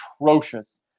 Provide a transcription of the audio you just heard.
atrocious